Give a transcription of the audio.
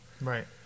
Right